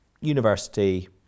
university